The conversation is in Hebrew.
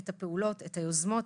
הפעולות והיוזמות